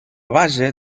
base